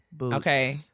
Okay